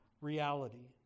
reality